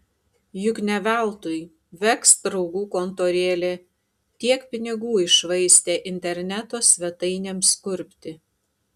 juk ne veltui veks draugų kontorėlė tiek pinigų iššvaistė interneto svetainėms kurpti